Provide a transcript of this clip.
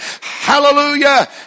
Hallelujah